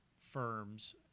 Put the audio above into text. firms